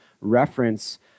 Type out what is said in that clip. reference